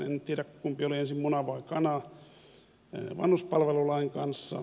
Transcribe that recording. en tiedä kumpi oli ensin muna vai kana vanhuspalvelulain kanssa